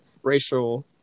racial